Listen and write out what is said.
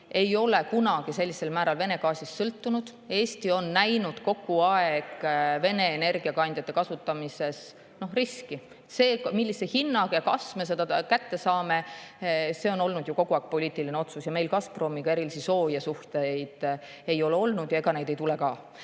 ei ole kunagi sellisel määral Vene gaasist sõltunud. Eesti on näinud kogu aeg Vene energiakandjate kasutamises riski. See, millise hinnaga ja kas me seda kätte saame, on olnud kogu aeg poliitiline otsus. Meil Gazpromiga erilisi sooje suhteid ei ole olnud ja ega neid ei tule ka.